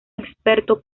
experto